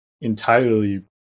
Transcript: entirely